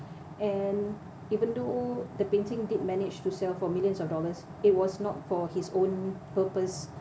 and even though the painting did manage to sell for millions of dollars it was not for his own purpose